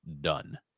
done